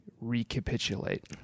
recapitulate